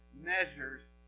measures